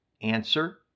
answer